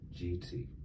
GT